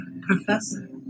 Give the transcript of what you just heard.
Professor